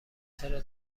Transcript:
چرا